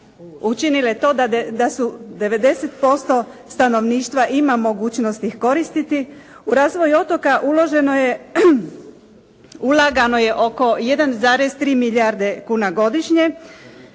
učinile to da su 90% stanovništva ima mogućnost ih koristiti. U razvoj otoka ulagano je oko 1,3 milijarde kuna godišnje,